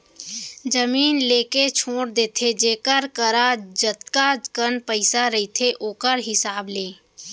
जमीन लेके छोड़ देथे जेखर करा जतका कन पइसा रहिथे ओखर हिसाब ले